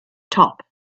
top